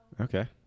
okay